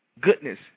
goodness